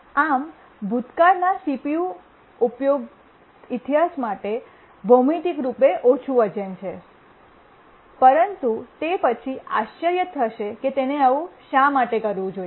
આમ ભૂતકાળના CPU ઉપયોગિતા ઇતિહાસ માટે ભૌમિતિકરૂપે ઓછું વજન છે પરંતુ તે પછી આશ્ચર્ય થશે કે તેને આવું શા માટે કરવું જોઈએ